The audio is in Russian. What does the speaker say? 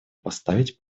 поставить